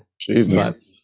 Jesus